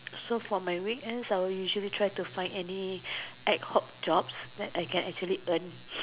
so for my weekend I'll usually try to find any ad hoc jobs that I can actually earn